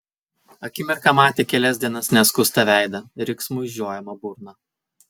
akimirką matė kelias dienas neskustą veidą riksmui žiojamą burną